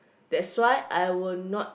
that's why I will not